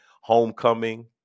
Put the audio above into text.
homecoming